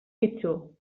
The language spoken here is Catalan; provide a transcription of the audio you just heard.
bitxo